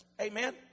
Amen